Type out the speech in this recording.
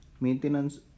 Maintenance